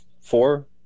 four